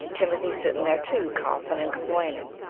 timothy's sitting there, too, coughing and complaining.